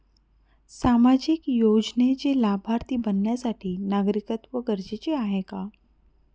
सामाजिक योजनेचे लाभार्थी बनण्यासाठी नागरिकत्व गरजेचे आहे का?